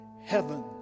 heaven